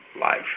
life